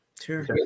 Sure